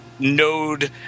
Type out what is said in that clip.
Node